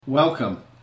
Welcome